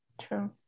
True